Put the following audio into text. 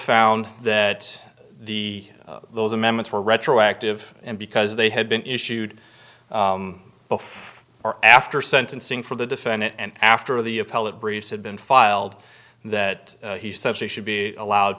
found that the those amendments were retroactive and because they had been issued before or after sentencing for the defendant and after the appellate briefs had been filed that he says he should be allowed